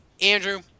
Andrew